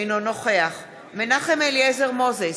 אינו נוכח מנחם אליעזר מוזס,